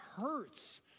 hurts